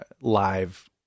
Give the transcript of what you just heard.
live